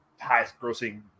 highest-grossing